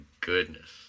goodness